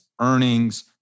earnings